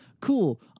Cool